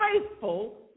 faithful